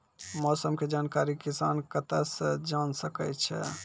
मौसम के जानकारी किसान कता सं जेन सके छै?